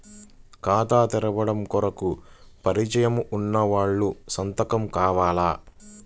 ఖాతా తెరవడం కొరకు పరిచయము వున్నవాళ్లు సంతకము చేయాలా?